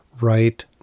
right